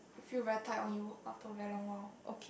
feel very tight on you after a very long while